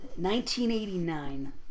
1989